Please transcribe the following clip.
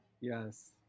Yes